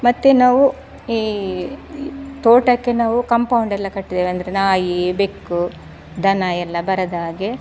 ಮತ್ತು ನಾವು ಈ ತೋಟಕ್ಕೆ ನಾವು ಕಂಪೌಂಡ್ ಎಲ್ಲ ಕಟ್ಟಿದೇವೆ ಅಂದರೆ ನಾಯಿ ಬೆಕ್ಕು ದನ ಎಲ್ಲ ಬರದ್ಹಾಗೆ